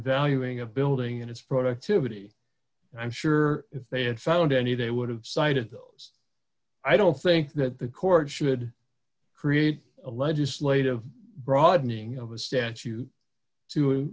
valuing a building and its productivity and i'm sure if they had found any they would have cited those i don't think that the court should create a legislative broadening of a statute to